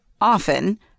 often